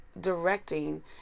directing